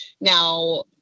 now